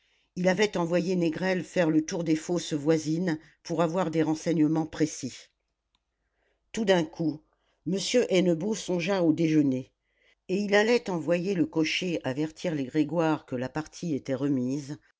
il avait envoyé négrel faire le tour des fosses voisines pour avoir des renseignements précis tout d'un coup m hennebeau songea au déjeuner et il allait envoyer le cocher avertir les grégoire que la partie était remise